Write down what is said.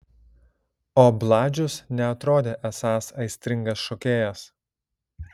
o bladžius neatrodė esąs aistringas šokėjas